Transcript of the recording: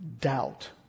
doubt